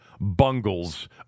bungles